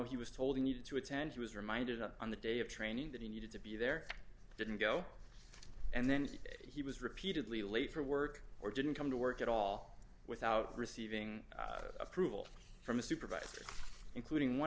he was told he needed to attend he was reminded of on the day of training that he needed to be there didn't go and then if he was repeatedly late for work or didn't come to work at all without receiving approval from a supervisor including one